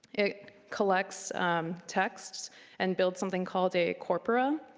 it collects text and builds something called a corpora.